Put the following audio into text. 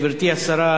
גברתי השרה,